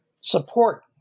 support